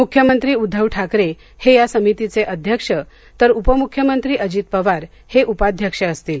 मुख्यमंत्री उद्घव ठाकरे हे या समितीचे अध्यक्ष तर उपमुख्यमंत्री अजित पवार हे उपाध्यक्ष असतील